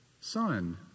son